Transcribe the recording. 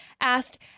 asked